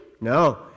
No